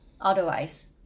otherwise